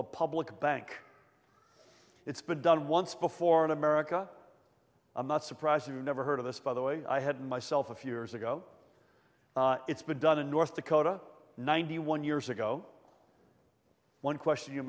the public bank it's been done once before in america i'm not surprised you never heard of this by the way i had myself a few years ago it's been done in north dakota ninety one years ago one question you